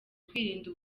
kwirinda